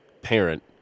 parent